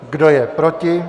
Kdo je proti?